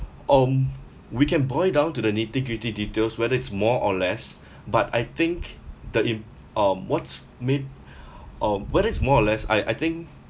um we can boil down to the nitty-gritty details whether it's more or less but I think the in um what's may~ um what is more or less I I think